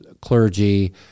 clergy